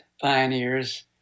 pioneers